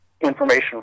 information